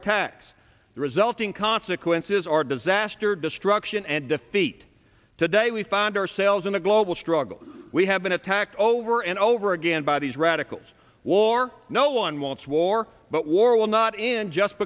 attacks the resulting consequences are disaster destruction and defeat today we find ourselves in a global struggle we have been attacked over and over again by these radicals war no one wants war but war will not end just